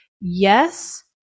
yes